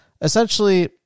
essentially